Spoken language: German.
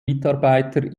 mitarbeiter